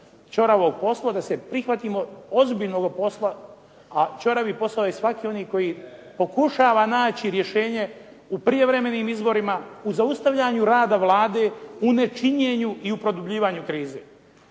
ćoravog posla, da se prihvatimo ozbiljnoga posla, a ćoravi posao je svaki oni koji pokušava naći rješenje u prijevremenim izborima, u zaustavljanju rada Vlade, u nečinjenu i u produbljivanju krize.